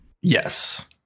Yes